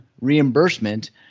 reimbursement